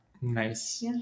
Nice